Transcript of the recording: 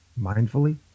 mindfully